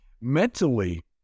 mentally